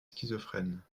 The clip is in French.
schizophrène